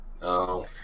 no